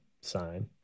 sign